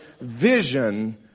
vision